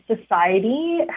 society